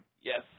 Yes